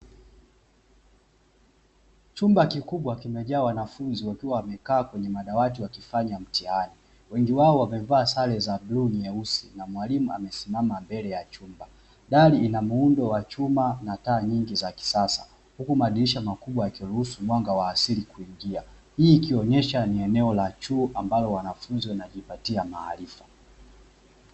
Chumba kikubwa kimejaa wanafunzi wakiwa wamekaa kwenye madawati wakifanya mtihani wengi wao wamevaa sare za bluu nyuesi na mwalimu amesimama mbele chumba, dari ina muundo wa chuma na taa nyingi za kisasa huku madirisha makubwa yakiruhusu mwanga wa asili kuingia hii ikionyesha ni eneo la chuo ambalo wanafunzi wanajipatia maarifa.